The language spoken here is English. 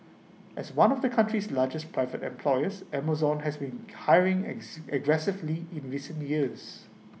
as one of the country's largest private employers Amazon has been hiring aggressively in recent years